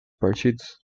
partidos